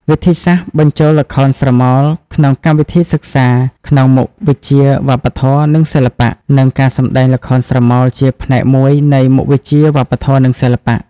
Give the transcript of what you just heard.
វិធីសាស្រ្តបញ្ចូលល្ខោនស្រមោលក្នុងកម្មវិធីសិក្សាក្នុងមុខវិជ្ជាវប្បធម៌ និងសិល្បៈ និងការសម្តែងល្ខោនស្រមោលជាផ្នែកមួយនៃមុខវិជ្ជាវប្បធម៌ និងសិល្បៈ។